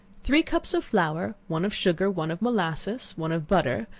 three cups of flour, one of sugar, one of molasses, one of butter,